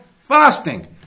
fasting